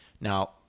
Now